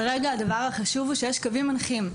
כרגע, הדבר החשוב הוא שיש קווים מנחים,